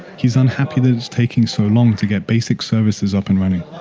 he's unhappy that it's taking so long to get basic services up and running.